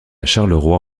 charleroi